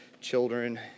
children